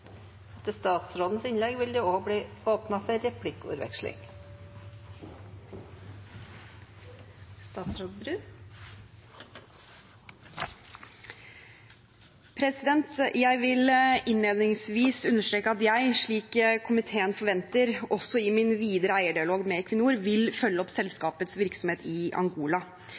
Jeg vil innledningsvis understreke at jeg, slik komiteen forventer, også i min videre eierdialog med Equinor vil følge opp selskapets virksomhet i Angola.